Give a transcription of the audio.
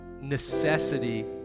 necessity